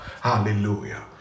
Hallelujah